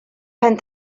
pen